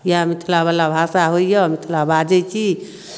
इएह मिथिलावला भाषा होइए मिथिला बाजै छी